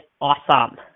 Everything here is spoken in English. awesome